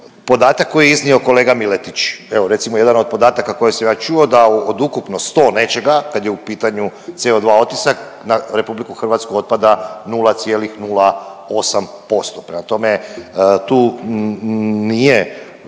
Podatak koji je iznio kolega Miletić, evo recimo jedan od podataka koje sam ja čuo da od ukupno 100 nečega kad je u pitanju CO2 otisak na RH otpada 0,08%. Prema tome, tu nije